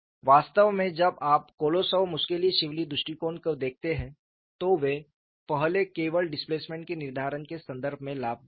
वास्तव में जब आप कोलोसोव मुस्केलिशविली दृष्टिकोण को देखते हैं तो वे पहले केवल डिस्प्लेसमेंट के निर्धारण के संदर्भ में लाभ देते हैं